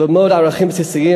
ללמוד ערכים בסיסיים,